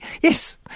Yes